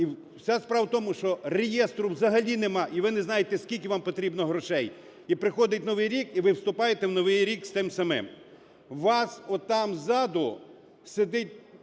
І вся справа в тому, що реєстру взагалі нема, і ви не знаєте, скільки вам потрібно грошей. І приходить новий рік - і ви вступаєте в новий рік з тим самим.